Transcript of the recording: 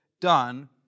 done